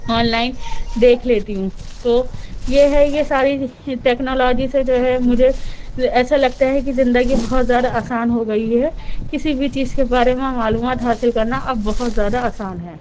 on line دیکھ لیتی ہوں تو یہ ہے یہ ساری تکنالوجی سے جو ہے مجھے ایسا لگتا ہے کہ زندگی بہت زیادہ آسان ہوگئی ہے کسی بھی چیز کے بارے میں معلومات حاصل کرنا اب بہت زیادہ آسان ہے